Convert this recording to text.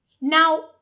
Now